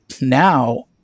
Now